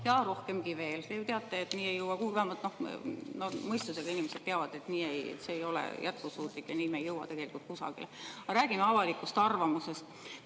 ja rohkemgi veel. Te ju teate, et nii ei jõua kuhugi, vähemalt mõistusega inimesed teavad, et see ei ole jätkusuutlik ja nii me ei jõua tegelikult kusagile. Räägime avalikust arvamusest.